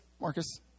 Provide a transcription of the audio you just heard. Marcus